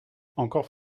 encore